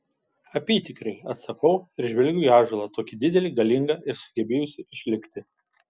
apytikriai atsakau ir žvelgiu į ąžuolą tokį didelį galingą ir sugebėjusį išlikti